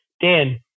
Dan